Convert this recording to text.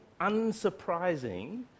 unsurprising